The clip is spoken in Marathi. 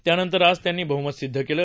त्यानंतर आज त्यांनी बह्मत सिद्ध केलं